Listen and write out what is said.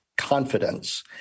Confidence